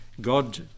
God